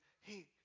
hey